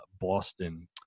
boston